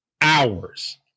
hours